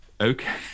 Okay